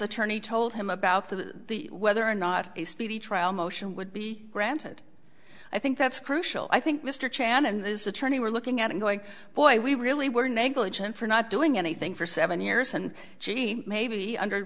attorney told him about the whether or not a speedy trial motion would be granted i think that's crucial i think mr chan and his attorney were looking at it going boy we really were negligent for not doing anything for seven years and she may be under